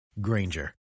Granger